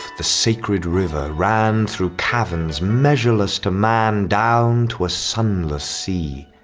the sacred river, ranthrough caverns measureless to mandown to a sunless sea.